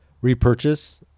repurchase